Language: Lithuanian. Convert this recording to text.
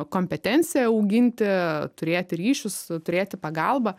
kompetenciją auginti turėti ryšius turėti pagalbą